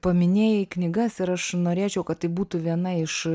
paminėjai knygas ir aš norėčiau kad tai būtų viena iš